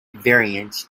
variants